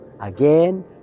again